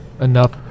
Enough